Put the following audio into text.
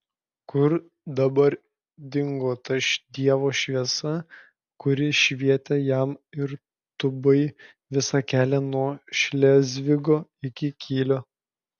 kur dabar dingo ta dievo šviesa kuri švietė jam ir tubai visą kelią nuo šlėzvigo iki kylio